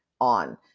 on